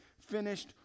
finished